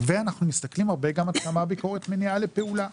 מסתכלים הרבה גם עד כמה הביקורת מניעה לפעולה.